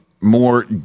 more